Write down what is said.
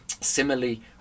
Similarly